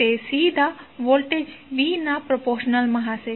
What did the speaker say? તે સીધા voltage V ના પ્રપોર્શનલ માં હશે